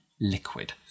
liquid